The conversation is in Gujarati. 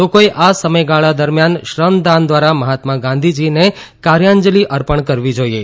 લોકોએ આ સમયગાળા દરમ્યાન શ્રમદાન દ્વારા મહાત્મા ગાંધીજીને કાર્યાંજલી અર્પણ કરવી જાઇએ